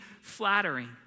flattering